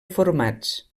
formats